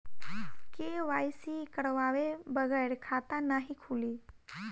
KYC करवाये बगैर खाता नाही खुली?